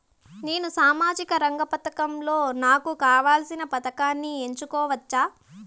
నేను సామాజిక రంగ పథకాలలో నాకు కావాల్సిన పథకాన్ని ఎన్నుకోవచ్చా?